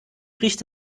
riecht